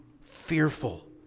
fearful